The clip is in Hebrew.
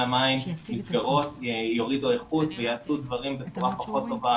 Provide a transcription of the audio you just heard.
המים מסגרות יורידו איכות ויעשו דברים בצורה פחות טובה